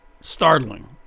startling